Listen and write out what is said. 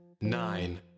nine